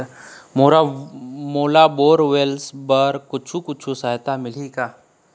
मोला bore borewells बर कुछू कछु सहायता मिलही का?